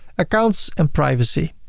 accounts and privacy